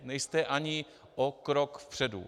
Nejste ani o krok vpředu.